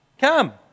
come